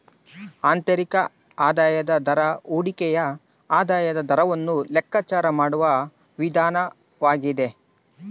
ಆಂತರಿಕ ಆದಾಯದ ದರ ಹೂಡಿಕೆಯ ಆದಾಯದ ದರವನ್ನು ಲೆಕ್ಕಾಚಾರ ಮಾಡುವ ವಿಧಾನವಾಗ್ಯದ